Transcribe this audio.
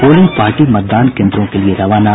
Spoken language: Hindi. पोलिंग पार्टी मतदान केंद्रों के लिये रवाना